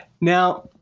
Now